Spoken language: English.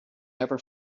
never